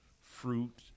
fruit